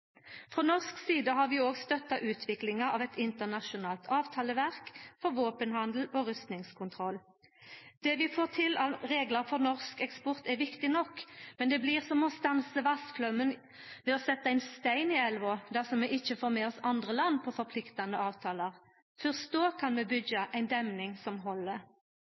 Frå norsk side har vi òg støtta utviklinga av eit internasjonalt avtaleverk for våpenhandel og rustingskontroll. Det vi får til av reglar for norsk eksport, er viktig nok, men det blir som å stansa vassflaumen med å setja ein stein i elva – dersom vi ikkje får med oss andre land på forpliktande avtalar. Først då kan vi byggja ein demning som